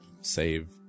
save